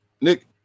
Nick